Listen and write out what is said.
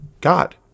God